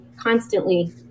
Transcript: constantly